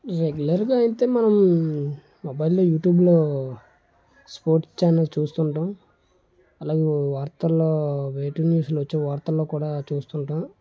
రెగ్యులర్గా అయితే మనం మొబైల్లో యూట్యూబ్లో స్పోర్ట్స్ చానల్ చూస్తు ఉంటాం అలాగే వార్తలలో వెయిటింగ్ లిస్ట్ వచ్చే వార్తలలోకూడా చూస్తుంటాం